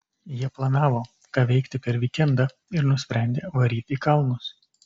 jie planavo ką veikti per vykendą ir nusprendė varyt į kalnus